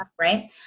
right